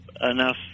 enough